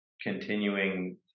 continuing